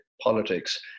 politics